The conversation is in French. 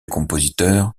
compositeur